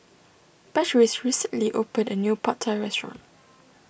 Patrice recently opened a new Pad Thai restaurant